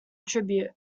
tribute